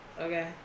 Okay